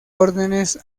órdenes